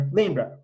lembra